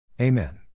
Amen